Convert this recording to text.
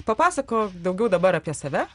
papasakok daugiau dabar apie save